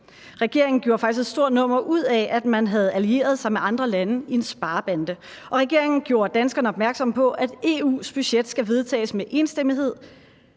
Regeringen gjorde faktisk et stort nummer ud af, at man havde allieret sig med andre lande i en sparebande. Regeringen gjorde danskerne opmærksomme på, at EU's budget skal vedtages med enstemmighed.